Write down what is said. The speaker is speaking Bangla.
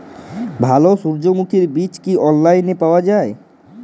ভালো সূর্যমুখির বীজ কি অনলাইনে পাওয়া যায়?